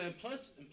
plus